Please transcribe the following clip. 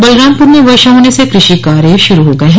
बलरामपुर में वर्षा होने से कृषि कार्य शुरू हो गये हैं